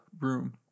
room